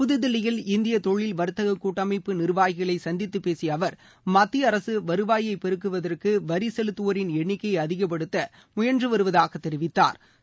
புது தில்லியில் இந்திய தொழில் வர்த்தக கூட்டமைப்பு நிர்வாகிகளை சந்தித்து பேசிய அவர் மத்திய அரசு வருவாயை பெருக்குவதற்கு வரி செலுத்துவோரின் எண்ணிக்கையை அதிஙப்படுத்த முயன்று வருவதாக தெரிவித்தா்